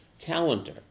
calendar